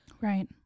Right